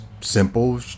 simple